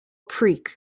creek